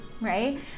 right